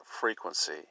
frequency